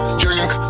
drink